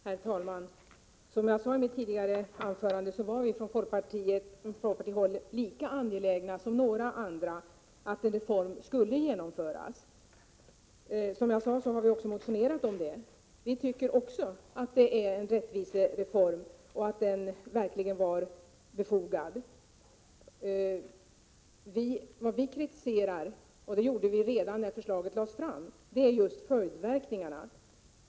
Herr talman! Som jag sade i mitt tidigare anförande var vi från folkpartihåll lika angelägna som några andra om att en reform skulle genomföras. Jag sade också att vi har motionerat om det. Vi tycker vidare att det är fråga om en rättvisereform och att den verkligen är befogad. Vad vi kritiserar, och det gjorde vi redan när förslaget lades fram, är just följdverkningarna.